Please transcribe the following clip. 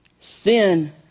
Sin